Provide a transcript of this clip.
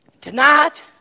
Tonight